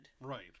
Right